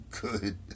good